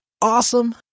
awesome